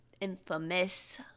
infamous